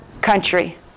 country